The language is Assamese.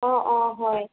অ অ হয়